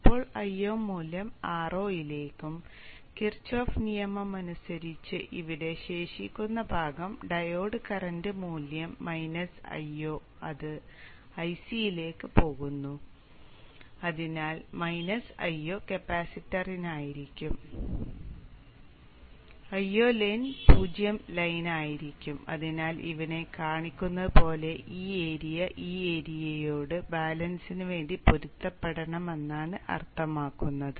ഇപ്പോൾ Io മൂല്യം Ro യിലേക്കും കിർച്ചോഫ് നിയമമനുസരിച്ച് ബാലസിന് വേണ്ടി പൊരുത്തപ്പെടണമെന്ന് അർത്ഥമാക്കുന്നത്